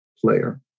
player